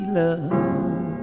love